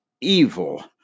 evil